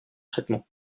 traitements